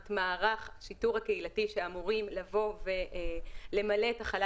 את מערך השיטור הקהילתי שאמורים לבוא ולמלא את החלל